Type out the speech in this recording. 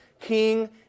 King